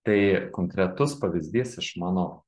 tai konkretus pavyzdys iš mano